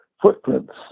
footprints